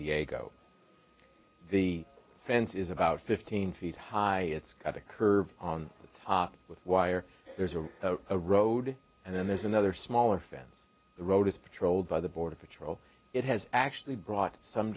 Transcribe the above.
diego the fence is about fifteen feet high it's got a curve on the top with wire there's a road and then there's another smaller fence the road is patrolled by the border patrol it has actually brought some